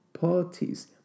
parties